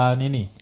nini